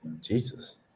Jesus